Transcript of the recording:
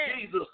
Jesus